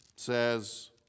says